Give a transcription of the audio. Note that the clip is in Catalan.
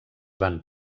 van